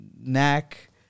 Knack